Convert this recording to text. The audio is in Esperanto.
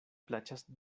plaĉas